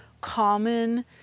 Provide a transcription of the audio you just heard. common